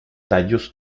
tallos